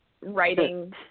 writing